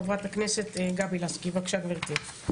חברת הכנסת גבי לסקי, בבקשה, גברתי.